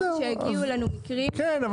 רק שהגיעו אלינו מקרים --- כן,